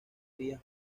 rías